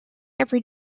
every